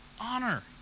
honor